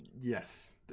yes